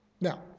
Now